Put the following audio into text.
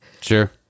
Sure